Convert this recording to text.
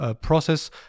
process